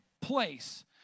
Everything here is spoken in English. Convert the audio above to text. place